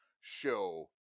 show